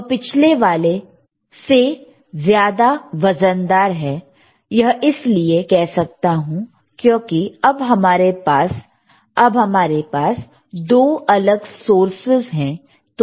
वह पिछले वाले से ज्यादा वजनदार है यह इसलिए कह सकता हूं क्योंकि अब हमारे पास दो अलग सोर्सेस है